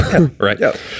right